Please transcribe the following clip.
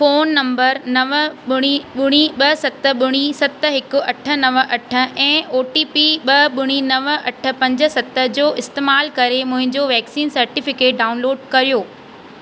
phone number नव ॿुड़ी ॿुड़ी ॿ सत ॿुड़ी सत हिकु अठ नव अठ ऐं ओ टी पी ॿ ॿुड़ी नव अठ पंज सत जो इस्तैमाल करे मुंहिंजो वैक्सीन सर्टिफिकेट डाउनलोड कयो